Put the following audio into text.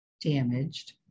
damaged